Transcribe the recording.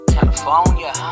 California